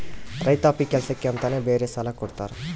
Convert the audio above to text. ರೈತಾಪಿ ಕೆಲ್ಸಕ್ಕೆ ಅಂತಾನೆ ಬೇರೆ ಸಾಲ ಕೊಡ್ತಾರ